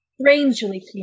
strangely